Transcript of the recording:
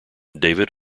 david